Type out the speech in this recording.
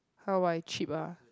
how I cheap ah